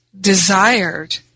desired